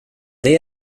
det